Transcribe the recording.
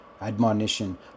admonition